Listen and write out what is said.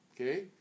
okay